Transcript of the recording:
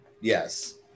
yes